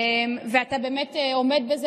אתה באמת עומד בזה,